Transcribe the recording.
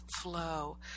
flow